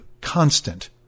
constant